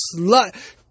slut